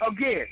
Again